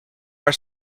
are